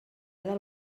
del